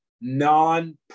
non